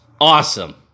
Awesome